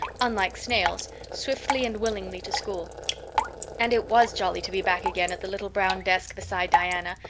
unlike snails, swiftly and willingly to school and it was jolly to be back again at the little brown desk beside diana,